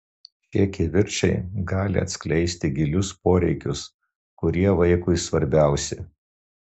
šie kivirčai gali atskleisti gilius poreikius kurie vaikui svarbiausi